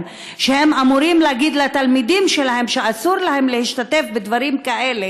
שהם אמורים להגיד לתלמידים שלהם שאסור להם להשתתף בדברים כאלה,